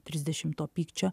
trisdešim to pykčio